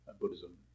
Buddhism